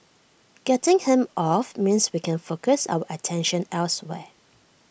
getting him off means we can focus our attention elsewhere